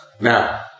Now